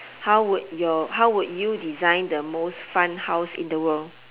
how would your how would you design the most fun house in the world